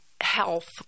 health